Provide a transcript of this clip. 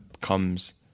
comes